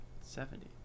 Seventy